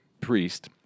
priest